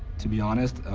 to be honest,